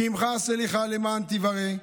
כי עִמך הסליחה למען תִוָרא.